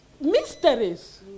mysteries